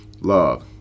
Love